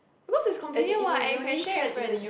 because it's convenient what and you can share with friends